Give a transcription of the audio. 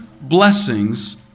blessings